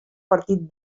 partit